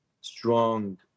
strong